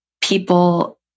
people